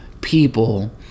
people